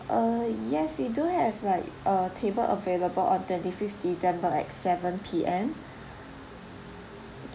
uh yes we do have like uh table available on twenty fifth december at seven P_M